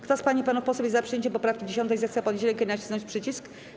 Kto z pań i panów posłów jest za przyjęciem poprawki 10., zechce podnieść rękę i nacisnąć przycisk.